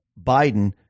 Biden